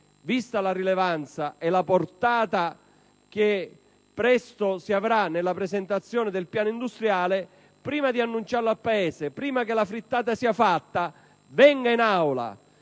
Vista la rilevanza e la portata che presto si avrà nella presentazione del piano industriale, prima di annunciarlo al Paese, prima che la frittata sia fatta, il